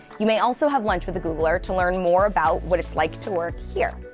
you may also have lunch with a googler to learn more about what it's like to work here.